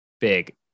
big